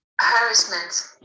harassment